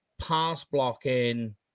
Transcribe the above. pass-blocking